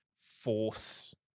force